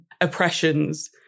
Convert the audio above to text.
oppressions